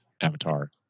Avatar